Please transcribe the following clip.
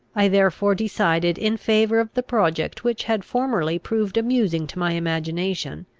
i therefore decided in favour of the project which had formerly proved amusing to my imagination,